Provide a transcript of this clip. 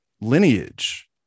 lineage